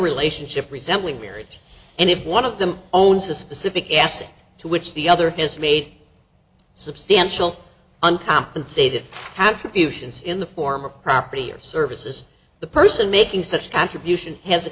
relationship resembling marriage and if one of them owns a specific aspect to which the other has made substantial uncompensated have a fusion in the form of property or services the person making such contribution has a